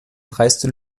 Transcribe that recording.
dreiste